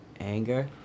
Anger